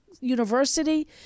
university